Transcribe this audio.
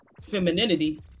femininity